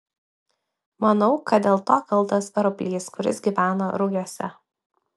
manau kad dėl to kaltas roplys kuris gyvena rugiuose